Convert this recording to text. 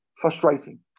frustrating